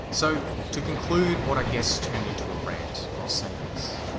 so, to conclude what i guess turned into a rant, i'll say this.